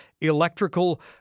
electrical